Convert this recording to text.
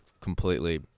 completely